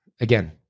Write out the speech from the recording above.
again